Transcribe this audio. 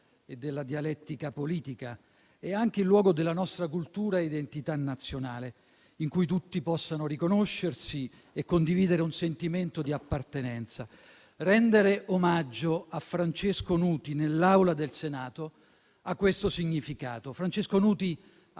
e della dialettica politica: è anche il luogo della nostra cultura e identità nazionale, in cui tutti possano riconoscersi e condividere un sentimento di appartenenza. Rendere omaggio a Francesco Nuti nell'Aula del Senato ha questo significato. Francesco Nuti